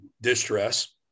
distress